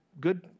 good